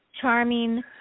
charming